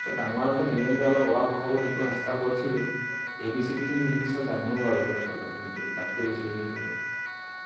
পিছত ডাঙৰ হোৱাৰ পিছত নিজে নিজে অলপ অ আ ক খবোৰ শিকিব চেষ্টা কৰিছিলোঁ এ বি চি ডিখিনি ইংলিচত জানোঁ বাৰু অলপ চলপ কিন্তু তাতকৈ বেছি